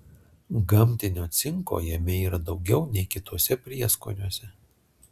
gamtinio cinko jame yra daugiau nei kituose prieskoniuose